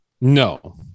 No